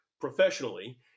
professionally